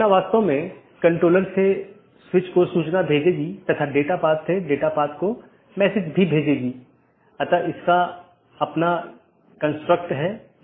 यह पूरे मेश की आवश्यकता को हटा देता है और प्रबंधन क्षमता को कम कर देता है